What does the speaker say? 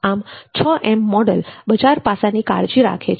આમ 6 મોડલના બજાર પાસાની કાળજી રખાય છે